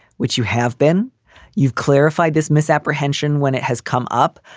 which you have been you've clarified this misapprehension when it has come up.